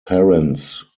parents